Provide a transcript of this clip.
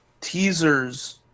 teasers